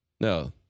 No